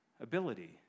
Ability